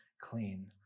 clean